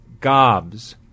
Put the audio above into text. gobs